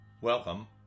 Welcome